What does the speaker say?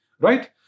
right